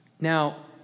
Now